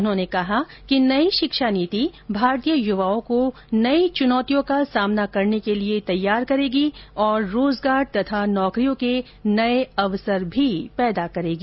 उन्होंने कहा है कि नई शिक्षा नीति भारतीय युवाओं को नई चुनौतियों का सामना करने के लिए तैयार करेगी और रोजगार और नौकरियों के नए अवसर भी पैदा करेगी